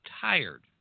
tired